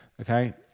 Okay